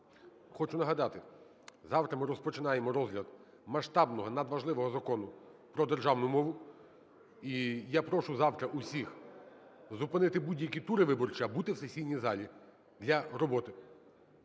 Хочу нагадати, завтра ми розпочинаємо розгляд масштабного, надважливого Закону про державну мову, і я прошу завтра всіх зупинити будь-які тури виборчі, а бути в сесійній залі для роботи.